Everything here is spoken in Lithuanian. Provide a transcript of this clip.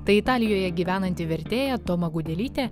tai italijoje gyvenanti vertėja toma gudelytė